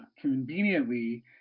conveniently